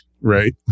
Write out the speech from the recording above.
Right